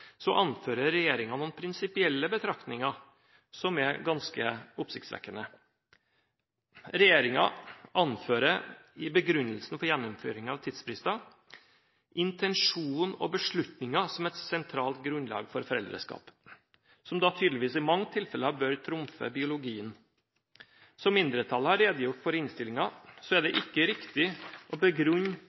anfører regjeringen noen prinsipielle betraktninger som er ganske oppsiktsvekkende. Regjeringen anfører i begrunnelsen for gjennomføringen av tidsfrister intensjonen og beslutningen som et sentralt grunnlag for foreldreskap, som tydeligvis i mange tilfeller bør trumfe biologien. Som mindretallet har redegjort for i innstillingen, er det ikke riktig å begrunne